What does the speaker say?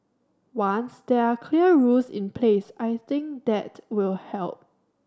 once there are clear rules in place I think that will help